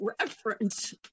reference